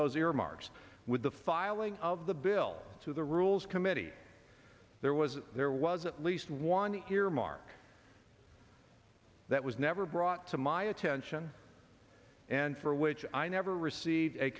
those earmarks with the filing of the bill to the rules committee there was there was at least one earmark that was never brought to my attention and for which i never received a